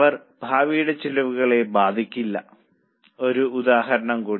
അവ ഭാവിയിലെ ചിലവുകളെ ബാധിക്കില്ല ഒരു ഉദാഹരണം കൂടി